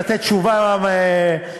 לתת תשובה עניינית.